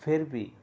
ਫਿਰ ਵੀ